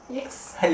yes